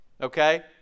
okay